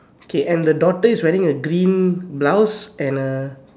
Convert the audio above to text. okay and the daughter is wearing a green blouse and a